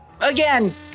Again